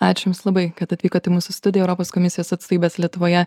ačiū jums labai kad atvykot į mūsų studiją europos komisijos atstovybės lietuvoje